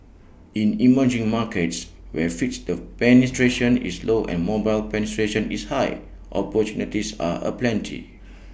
in emerging markets where fixed the penetration is low and mobile penetration is high opportunities are aplenty